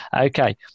Okay